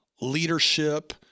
leadership